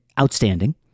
outstanding